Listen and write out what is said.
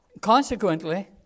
Consequently